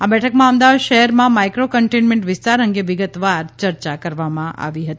આ બેઠકમાં અમદાવાદ શહેરમાં માઇક્રો કન્ટેઇન્મેન્ટ વિસ્તારો અંગે વિગતવાર ચર્ચા કરાઇ હતી